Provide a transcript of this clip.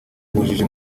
ubujiji